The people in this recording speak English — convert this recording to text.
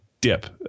dip